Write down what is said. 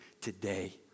today